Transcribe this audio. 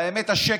והאמת השקר,